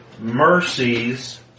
mercies